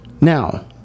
now